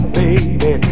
baby